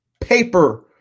paper